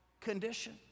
condition